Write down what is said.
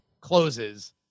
closes